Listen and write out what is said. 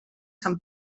san